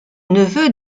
neveu